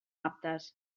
aptes